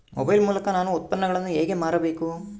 Mobile ಮೂಲಕ ನಾನು ಉತ್ಪನ್ನಗಳನ್ನು ಹೇಗೆ ಮಾರಬೇಕು?